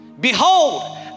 Behold